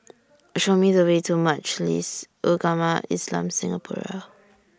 Show Me The Way to Majlis Ugama Islam Singapura